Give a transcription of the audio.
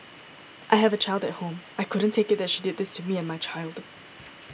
I have a child at home I couldn't take it that she did this to me and my child